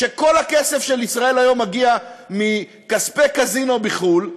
שכל הכסף של "ישראל היום" מגיע מכספי קזינו בחו"ל.